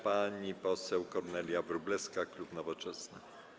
Pani poseł Kornelia Wróblewska, klub Nowoczesna.